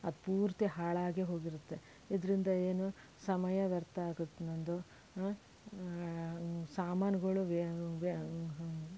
ಅದು ಪೂರ್ತಿ ಹಾಳಾಗೇ ಹೋಗಿರುತ್ತೆ ಇದರಿಂದ ಏನು ಸಮಯ ವ್ಯರ್ಥ ಆಗುತ್ತೆ ನಂದು ಸಾಮಾನುಗಳು